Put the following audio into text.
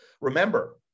Remember